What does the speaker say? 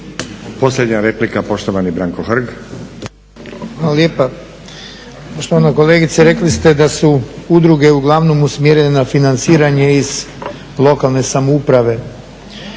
Posljednja replika, poštovani Branko Hrg.